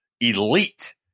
elite